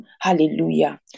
hallelujah